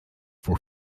for